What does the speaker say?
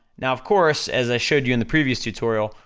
now of course, as i showed you in the previous tutorial,